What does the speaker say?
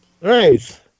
Right